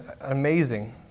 amazing